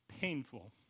painful